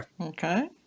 okay